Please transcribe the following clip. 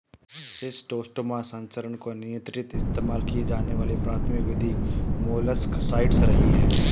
schistosoma संचरण को नियंत्रित इस्तेमाल की जाने वाली प्राथमिक विधि मोलस्कसाइड्स रही है